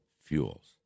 fuels